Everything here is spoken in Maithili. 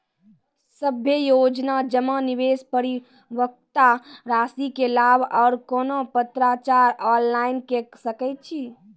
सभे योजना जमा, निवेश, परिपक्वता रासि के लाभ आर कुनू पत्राचार ऑनलाइन के सकैत छी?